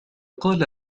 قال